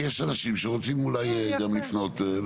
כי יש אנשים שרוצים אולי גם לפנות.